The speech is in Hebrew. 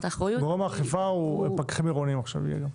גורם האכיפה יהיה עכשיו גם הפקחים העירוניים.